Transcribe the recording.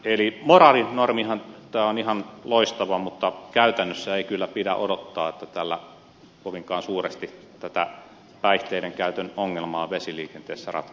eli moraalinorminahan tämä on ihan loistava mutta käytännössä ei kyllä pidä odottaa että tällä kovinkaan suuresti tätä päihteidenkäytön ongelmaa vesiliikenteessä ratkaistaan